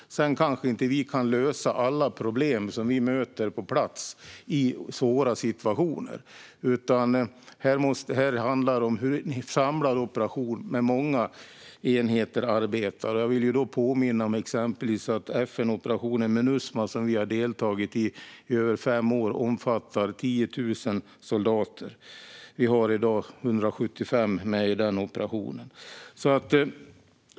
Sedan kanske vi inte kan lösa alla problem som vi möter på plats i svåra situationer. Här handlar det om en samlad operation med många enheter. Jag påminner om att till exempel FN-operationen Minusma, som vi i över fem år har deltagit i, omfattar 10 000 soldater. Sverige har i dag 175 deltagare i den operationen.